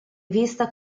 vista